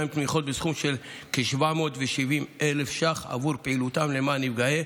תמיכות בסכום של כ-770,000 ש"ח עבור פעילותו למען נפגעי